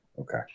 Okay